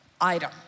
item